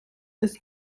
ist